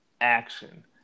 action